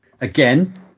again